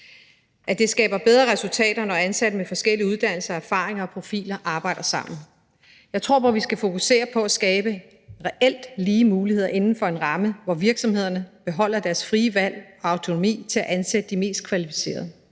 at det skaber bedre resultater, når ansatte med forskellige uddannelser og erfaringer og profiler arbejder sammen. Jeg tror på, at vi skal fokusere på at skabe reelt lige muligheder inden for en ramme, hvor virksomhederne beholder deres frie valg og autonomi til at ansætte de mest kvalificerede.